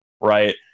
right